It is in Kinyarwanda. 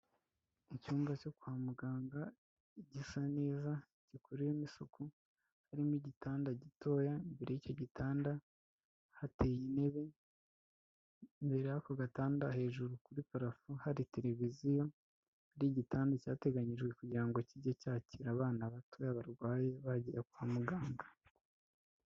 Icyumba cyo kwa muganga gisa neza, gikuriremo isuku, harimo igitanda gitoya, mbere y'icyo gitanda hateye intebe, mbere y'ako gatanda hejuru kuri parafo hari tereviziyo, n'igitanda cyateganjwe kugira ngo kijye cyakira abana batoya barwaye bagiye kwa muganga.